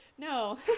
No